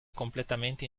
completamente